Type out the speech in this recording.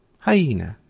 hyena,